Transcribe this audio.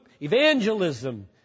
evangelism